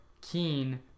keen